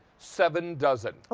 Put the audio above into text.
seven dozen.